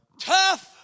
tough